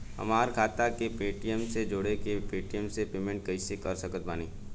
हमार खाता के पेटीएम से जोड़ के पेटीएम से पेमेंट कइसे कर सकत बानी?